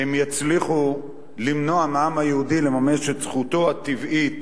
הם יצליחו למנוע מהעם היהודי לממש את זכותו הטבעית